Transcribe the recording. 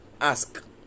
ask